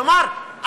כלומר,